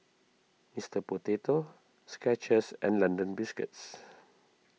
Mister Potato Skechers and London Biscuits